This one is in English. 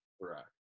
Right